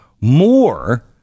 more